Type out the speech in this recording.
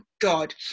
god